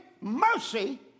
mercy